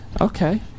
Okay